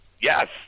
Yes